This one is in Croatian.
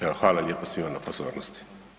Evo, hvala lijepo svima na pozornosti.